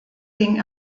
ging